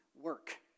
work